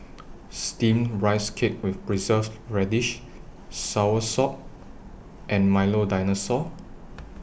Steamed Rice Cake with Preserved Radish Soursop and Milo Dinosaur